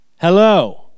Hello